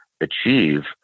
achieve